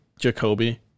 Jacoby